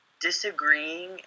disagreeing